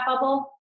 bubble